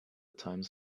times